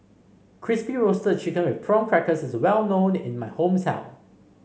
Crispy Roasted Chicken with Prawn Crackers is well known in my hometown